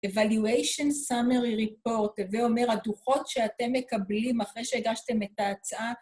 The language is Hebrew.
"Evaluation Summary Report" הוי אומר, הדוחות שאתם מקבלים אחרי שהגשתם את ההצעה